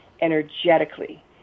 energetically